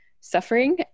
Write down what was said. suffering